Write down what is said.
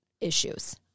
issues